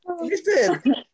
Listen